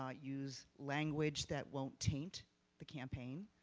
ah use language that won't taint the campaign,